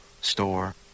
store